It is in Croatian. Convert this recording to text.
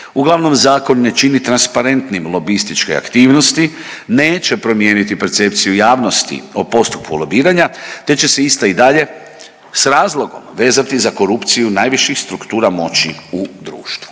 Uglavnom, zakon ne čini transparentnim lobističke aktivnosti, neće promijeniti percepciju javnosti o postupku lobiranja te će se ista i dalje s razlogom vezati za korupciju najviših struktura moći u društvu.